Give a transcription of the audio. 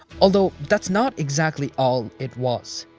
although, that's not exactly all it was.